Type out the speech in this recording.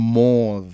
more